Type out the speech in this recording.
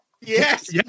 Yes